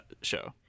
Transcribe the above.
show